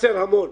חסר המון,